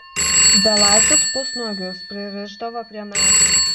belaisvius pusnuogius pririšdavo prie medžių